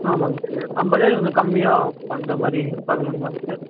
ஆமாங்க சார் ஐம்பதாயிரம் கொஞ்சம் கம்மியாக பண்ணுற மாதிரி பார்க்க முடியுமாங்க சார்